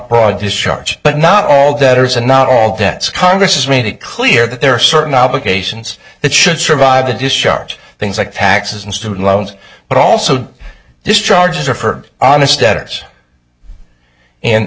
broad discharge but not all debtors and not all debts congress has made it clear that there are certain obligations that should survive the discharge things like taxes on student loans but also discharges are for on